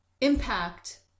impact